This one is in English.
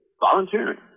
volunteering